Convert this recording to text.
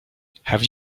have